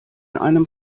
einem